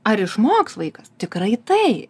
ar išmoks vaikas tikrai tai